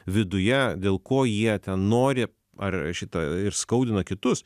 viduje dėl ko jie ten nori ar šitą ir skaudina kitus